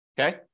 Okay